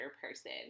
person